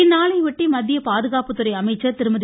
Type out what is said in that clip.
இந்நாளையொட்டி மத்திய பாதுகாப்புத்துறை அமைச்சர் திருமதி